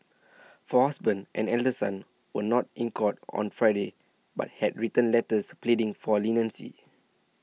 for husband and elder son were not in court on Friday but had written letters pleading for leniency